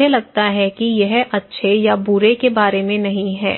मुझे लगता है कि यह अच्छे या बुरे के बारे में नहीं है